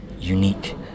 unique